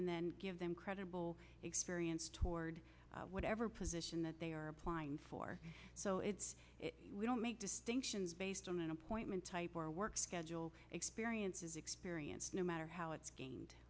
and then give them credit experience toward whatever position that they are applying for so it's we don't make distinctions based on an appointment type or a work schedule experience is experience no matter how it's